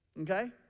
Okay